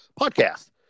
podcast